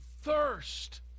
thirst